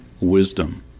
wisdom